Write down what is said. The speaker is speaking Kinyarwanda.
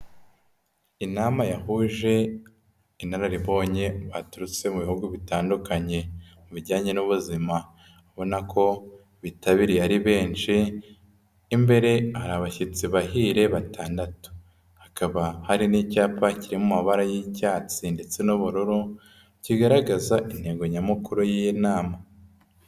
Inama yahuje inararibonye baturutse mu bihugu bitandukanye, bijyanye n'ubuzima, ubona ko bitabiriye ari benshi, imbere hari abashyitsi bahire batandatu. Hakaba hari n'icyapa kiri mu amabara y'icyatsi ndetse n'ubururu, kigaragaza intego nyamukuru y'iyi nama.